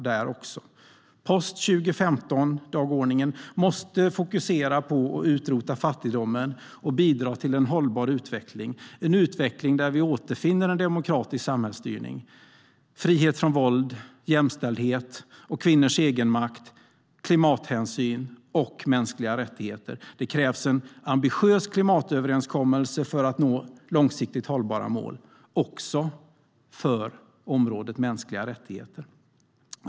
Post-2015-dagordningen måste fokusera på att utrota fattigdomen och bidra till en hållbar utveckling, en utveckling där vi återfinner en demokratisk samhällsstyrning, frihet från våld, jämställdhet och kvinnors egenmakt, klimathänsyn och mänskliga rättigheter. Det krävs en ambitiös klimatöverenskommelse för att nå långsiktigt hållbara mål, också för området mänskliga rättigheter.